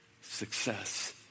success